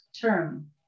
term